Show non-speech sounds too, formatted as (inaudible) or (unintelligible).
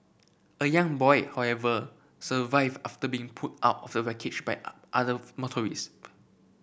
a young boy however survived after being pulled out of the wreckage by (unintelligible) other motorist